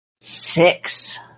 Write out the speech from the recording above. Six